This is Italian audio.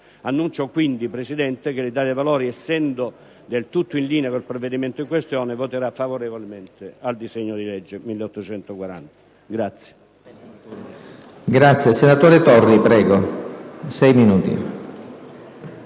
Annuncio, quindi, signor Presidente, che l'Italia dei Valori, essendo del tutto in linea con il provvedimento in questione, voterà favorevolmente al disegno di legge n. 1840.